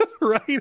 right